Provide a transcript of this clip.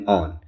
on